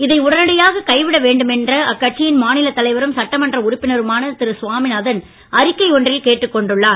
இதை உடனடியாக கைவிட வேண்டும் என்ற அக்கட்சியின் மாநிலத் தலைவரும் சட்டமன்ற உறுப்பினருமான திரு வி சாமிநாதன் அறிக்கை ஒன்றில் கேட்டுக் கொண்டுள்ளார்